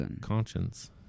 conscience